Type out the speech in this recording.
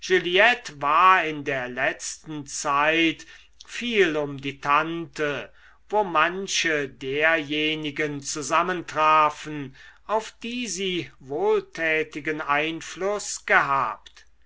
war in der letzten zeit viel um die tante wo manche derjenigen zusammentrafen auf die sie wohltätigen einfluß gehabt